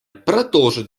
продолжит